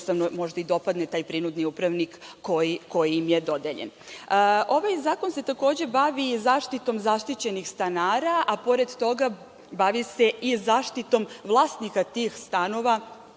ako im se možda i dopadne taj prinudni upravnik koji im je dodeljen. Ovaj zakon se takođe bavi zaštitom zaštićenih stanara, a pored toga, bavi se i zaštitom vlasnika tih stanova